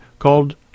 called